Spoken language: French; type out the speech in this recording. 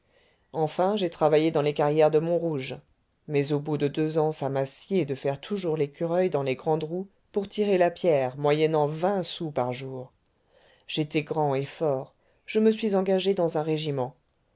enfin j'ai travaillé dans les carrières de montrouge mais au bout de deux ans ça m'a scié de faire toujours l'écureuil dans les grandes roues pour tirer la pierre moyennant vingt sous par jour j'étais grand et fort je me suis engagé dans un régiment